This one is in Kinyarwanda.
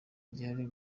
gihari